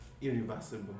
Irreversible